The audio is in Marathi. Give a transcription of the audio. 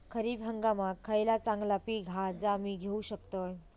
खरीप हंगामाक खयला चांगला पीक हा जा मी घेऊ शकतय?